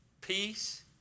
peace